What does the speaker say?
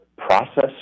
Process